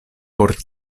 por